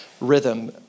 rhythm